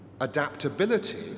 Adaptability